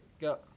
Go